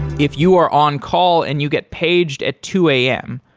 if you are on call and you get paged at two a m,